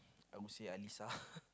I would say Alisa